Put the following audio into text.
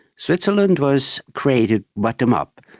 switzerland was created bottom-up.